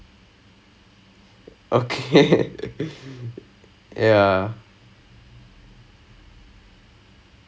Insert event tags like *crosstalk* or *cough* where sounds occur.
back *laughs* into all of that I remember யாரோ ஒருத்தன் வந்து:yaaro oruthan vanthu mic சரியில்லைன்னு சொன்னான்:sariyillainnu sonnaan